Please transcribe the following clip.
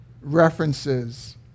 references